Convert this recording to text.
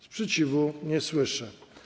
Sprzeciwu nie słyszę.